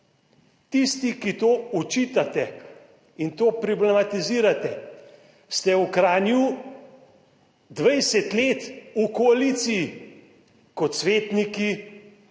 Tisti, ki to očitate in to problematizirate, ste v Kranju 20 let v koaliciji 9. TRAK